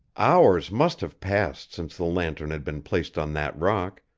hours must have passed since the lantern had been placed on that rock,